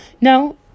No